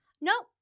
Nope